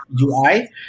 UI